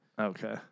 Okay